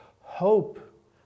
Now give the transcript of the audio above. Hope